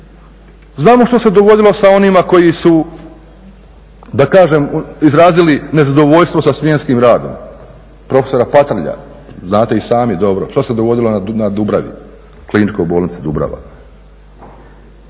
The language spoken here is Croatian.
Znamo što se dogodilo sa onima koji su da kažem izrazili nezadovoljstvo sa smjenskim radom, prof. Patrlja znate i sami dobro što se dogodilo na Dubravi, KB Dubrava.